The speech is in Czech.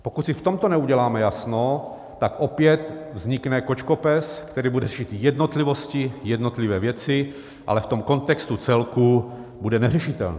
Pokud si v tomto neuděláme jasno, tak opět vznikne kočkopes, který bude řešit jednotlivosti, jednotlivé věci, ale v tom kontextu celku bude neřešitelný.